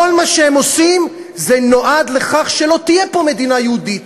כל מה שהם עושים נועד לכך שלא תהיה פה מדינה יהודית,